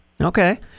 Okay